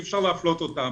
אי אפשר להפלות אותם.